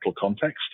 context